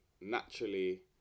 naturally